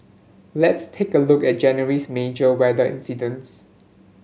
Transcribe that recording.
let's take a look at January's major weather incidents